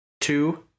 two